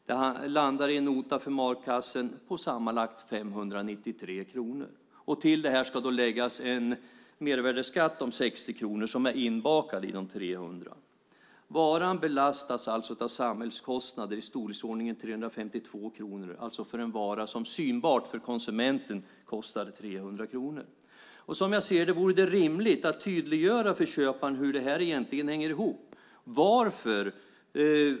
Det landar på en nota för matkassen på sammanlagt 593 kronor. Till det ska läggas en mervärdesskatt på 60 kronor som är inbakad i de 300. Varan belastas alltså med samhällskostnader i storleksordningen 352 kronor, detta för en vara som synbart för konsumenten kostar 300 kronor. Som jag ser det vore det rimligt att tydliggöra för köparen hur det här egentligen hänger ihop.